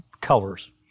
colors